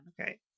Okay